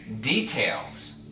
details